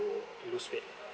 lose weight